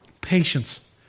patience